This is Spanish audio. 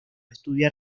estudiar